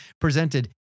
presented